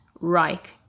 Reich